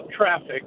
traffic